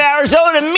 Arizona